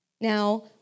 Now